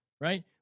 Right